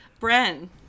Bren